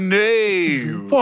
name